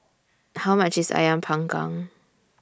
How much IS Ayam Panggang